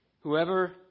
Whoever